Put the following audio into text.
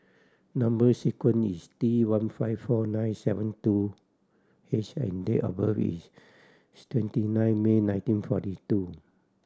number sequence is T one five four nine seven two H and date of birth is twenty nine May nineteen forty two